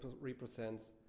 represents